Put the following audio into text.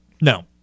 No